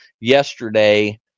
yesterday